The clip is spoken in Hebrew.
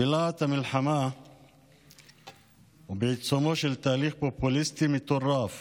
בלהט המלחמה ובעיצומו של תהליך פופוליסטי מטורף